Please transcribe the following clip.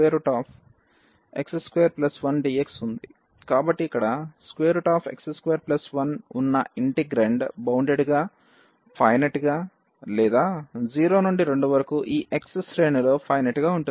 కాబట్టి ఇక్కడ x21 ఉన్న ఇంటెగ్రాండ్ బౌండెడ్ గా ఫైనెట్ గా లేదా 0 నుండి 2 వరకు ఈ ఎక్స్ శ్రేణిలో ఫైనెట్ గా ఉంటుంది